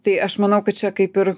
tai aš manau kad čia kaip ir